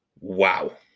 Wow